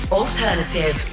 alternative